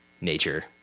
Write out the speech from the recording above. nature